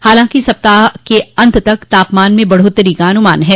हालांकि सप्ताह के आखिर तक तापमान में बढ़ोत्तरी होने का अनुमान है